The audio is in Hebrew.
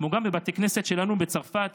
כמו גם בבתי הכנסת שלנו בצרפת,